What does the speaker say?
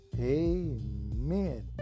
amen